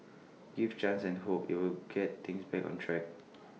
give chance and hope IT will get things back on track